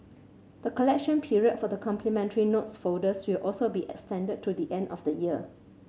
the collection period for the complimentary notes folders will also be extended to the end of the year